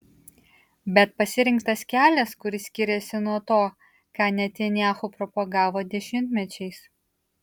bet pasirinktas kelias kuris skiriasi nuo to ką netanyahu propagavo dešimtmečiais